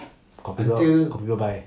got people got people buy